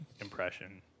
impression